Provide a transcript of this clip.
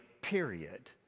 period